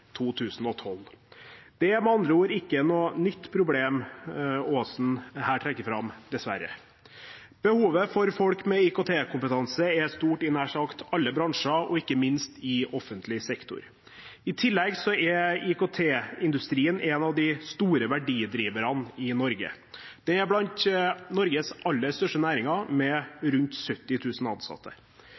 2012. Det er med andre ord ikke noe nytt problem Aasen her trekker fram, dessverre. Behovet for folk med IKT-kompetanse er stort i nær sagt alle bransjer, og ikke minst i offentlig sektor. I tillegg er IKT-industrien en av de store verdidriverne i Norge. Den er blant Norges aller største næringer, med rundt 70 000 ansatte.